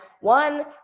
one